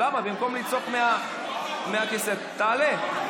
במקום לצעוק מהכיסא תעלה,